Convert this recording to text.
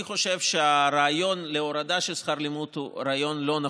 אני חושב שהרעיון של הורדה של שכר לימוד הוא רעיון לא נכון,